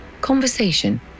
conversation